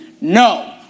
No